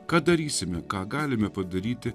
ką darysime ką galime padaryti